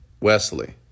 Wesley